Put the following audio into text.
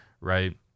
right